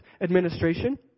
administration